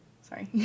Sorry